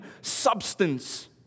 substance